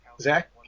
Zach